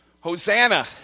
Hosanna